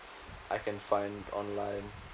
I can find online